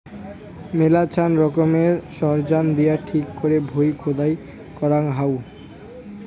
মেলাছান রকমের সরঞ্জাম দিয়ে ঠিক করে ভুঁই খুদাই করাঙ হউ